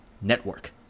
Network